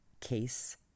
case